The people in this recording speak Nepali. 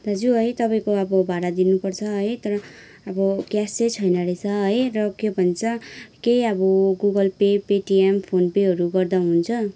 दाजु है तपाईँको अब भाडा दिनुपर्छ है तर अब क्यास चाहिँ छैन रहेछ है र के भन्छ के अब गुगल पे पेटिएम फोन पेहरू गर्दा हुन्छ